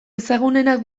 ezagunenak